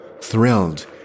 thrilled